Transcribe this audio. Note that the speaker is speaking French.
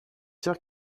sûr